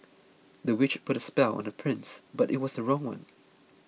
the witch put a spell on the prince but it was the wrong one